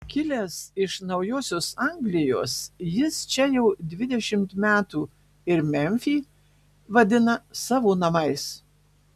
kilęs iš naujosios anglijos jis čia jau dvidešimt metų ir memfį vadina savo namais